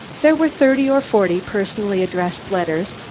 there were thirty or forty personally addressed letters,